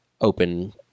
open